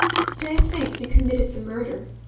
stay thinks you committed the murder,